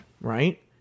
right